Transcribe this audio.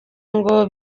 ngo